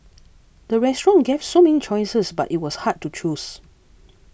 the restaurant gave so many choices but it was hard to choose